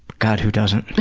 god who doesn't,